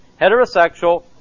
heterosexual